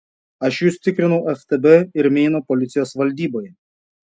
aš jus tikrinau ftb ir meino policijos valdyboje